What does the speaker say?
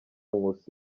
nkusi